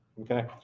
okay